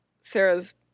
Sarah's